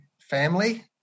family